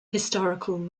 historical